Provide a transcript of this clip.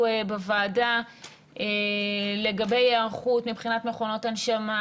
בוועדה לגבי היערכות מבחינת מכונות הנשמה,